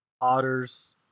Otters